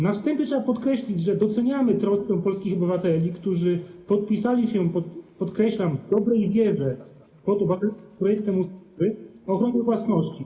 Na wstępie trzeba podkreślić, że doceniamy troskę polskich obywateli, którzy podpisali się, podkreślam, w dobrej wierze, pod obywatelskim projektem ustawy o ochronie własności.